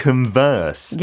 Converse